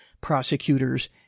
prosecutors